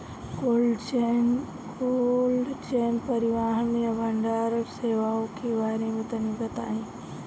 Cold chain परिवहन या भंडारण सेवाओं के बारे में तनी बताई?